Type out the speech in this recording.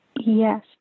Yes